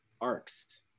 arcs